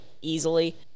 easily